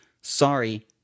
Sorry